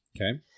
Okay